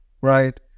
right